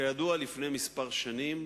כידוע, לפני כמה שנים